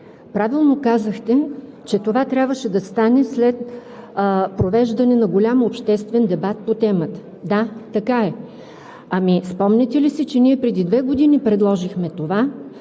Правилно казахте, че това трябваше да стане след провеждане на голям обществен дебат по темата. Да, така е. Ами спомняте ли си, че ние преди две години предложихме това